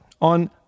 on